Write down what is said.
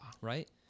right